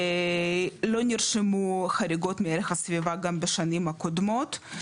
לא נרשמו חריגות מערך הסביבה גם בשנים הקודמות,